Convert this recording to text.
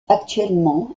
actuellement